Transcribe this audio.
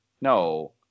no